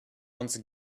once